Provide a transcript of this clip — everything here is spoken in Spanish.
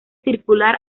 circular